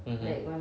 mmhmm